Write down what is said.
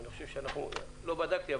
לא בדקתי,